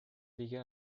دیگه